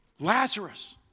Lazarus